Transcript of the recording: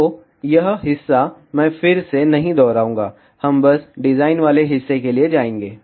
तो यह हिस्सा मैं फिर से नहीं दोहराऊंगा हम बस डिजाइन वाले हिस्से के लिए जाएंगे